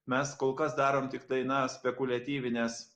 mes kol kas darom tiktai na spekuliatyvines